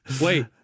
wait